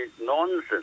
nonsense